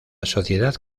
sociedad